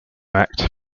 act